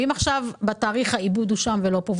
ואם העיבוד שם ולא פה,